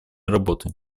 работы